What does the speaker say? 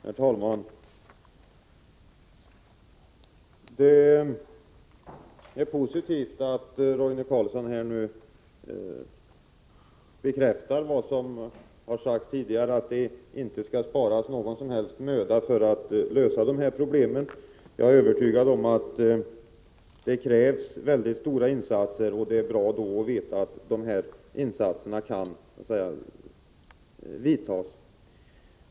Herr talman! Det är positivt att Roine Carlsson nu bekräftar vad som har sagts tidigare, att det inte skall sparas någon som helst möda för att lösa dessa problem. Jag är övertygad om att det krävs mycket stora insatser, och det är bra att sådana kan komma till stånd.